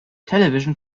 television